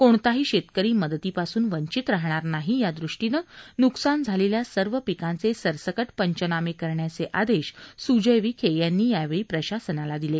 कोणताही शेतकरी मदतीपासून वंचीत राहणार नाही यादृष्टीनं न्कसान झालेल्या सर्व पिकांचे सरसकट पंचनामे करण्याचे आदेश स्जय विखे यांनी प्रशासनाला दिले